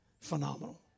phenomenal